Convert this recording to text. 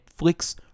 Netflix